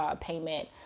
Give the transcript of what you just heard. payment